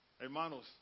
Hermanos